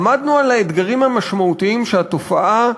עמדנו על האתגרים המשמעותיים שהתופעה,